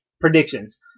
predictions